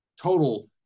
total